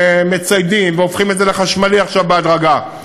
מציידים והופכים את זה לחשמלי עכשיו בהדרגה.